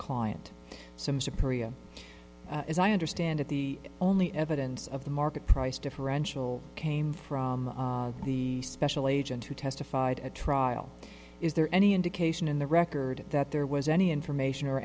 client some superior as i understand it the only evidence of the market price differential came from the special agent who testified at trial is there any indication in the record that there was any information or